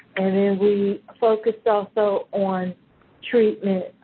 and then we focused, also, on treatment,